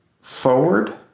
forward